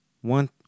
one